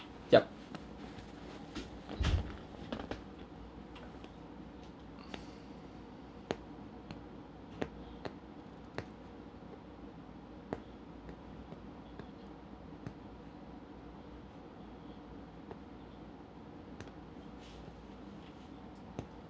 yup